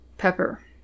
Pepper